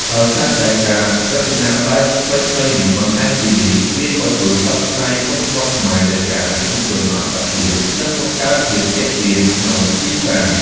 ដោយសារតែការរចនាបែបថ្មីៗនេះ បន្ថែមពីនេះ វាក៏ជួយផ្សព្វផ្សាយវប្បធម៌ខ្មែរ ទៅកាន់អតិថិជនអន្តរជាតិ និងបង្កើតភាពទាក់ទាញក្នុងទីផ្សារ។